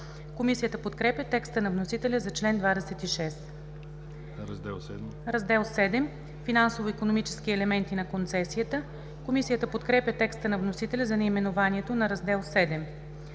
Комисията подкрепя текста на вносителя за чл. 26. „Раздел VII – Финансово-икономически елементи на концесията“. Комисията подкрепя текста на вносителя за наименованието на Раздел